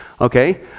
okay